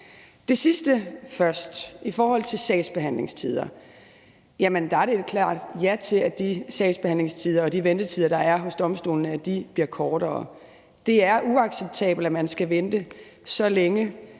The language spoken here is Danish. det sidste om sagsbehandlingstider først. Der er det et klart ja til, at de sagsbehandlingstider og ventetider, der er hos domstolene, bliver kortere. Det er uacceptabelt, at man skal vente så længe.